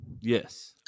Yes